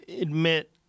admit